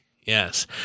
Yes